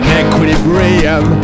equilibrium